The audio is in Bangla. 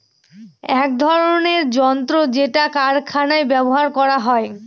এক ধরনের যন্ত্র যেটা কারখানায় ব্যবহার করা হয়